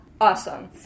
Awesome